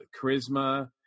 charisma